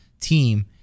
team